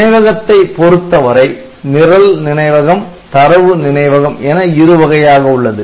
நினைவகத்தை பொருத்தவரை நிரல் நினைவகம் தரவு நினைவகம் என இரு வகையாக உள்ளது